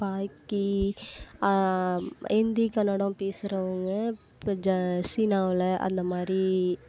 பாக்கி ஹிந்தி கன்னடம் பேசுகிறவங்க கொஞ்சம் சீனாவில் அந்தமாதிரி